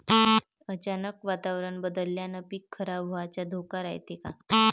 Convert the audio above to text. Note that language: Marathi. अचानक वातावरण बदलल्यानं पीक खराब व्हाचा धोका रायते का?